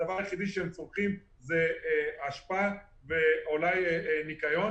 הדבר היחיד שהם צורכים זה אשפה ואולי ניקיון,